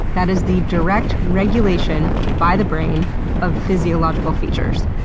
that is the direct regulation by the brain of physiological features